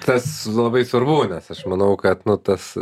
tas labai svarbu nes aš manau kad nu tas